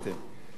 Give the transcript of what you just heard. תודה, אדוני.